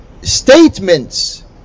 statements